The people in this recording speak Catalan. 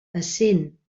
essent